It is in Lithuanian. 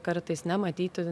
kartais nematyti